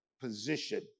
position